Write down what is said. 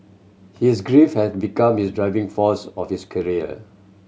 his grief had become his driving force of his career